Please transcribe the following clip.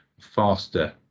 faster